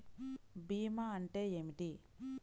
భీమా అంటే ఏమిటి?